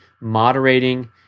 moderating